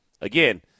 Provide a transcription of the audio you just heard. again